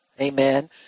Amen